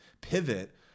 pivot